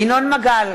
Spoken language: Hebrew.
ינון מגל,